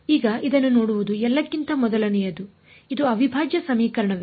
ಈಗ ಇದನ್ನು ನೋಡುವುದು ಎಲ್ಲಕ್ಕಿಂತ ಮೊದಲನೆಯದು ಇದು ಅವಿಭಾಜ್ಯ ಸಮೀಕರಣವೇ